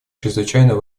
чрезвычайно